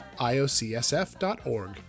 iocsf.org